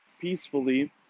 peacefully